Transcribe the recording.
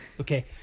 Okay